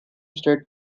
state